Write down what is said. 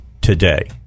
today